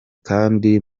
kandi